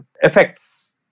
effects